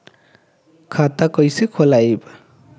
खाता कईसे खोलबाइ?